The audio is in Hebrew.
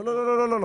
לא, לא, לא.